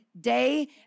day